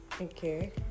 okay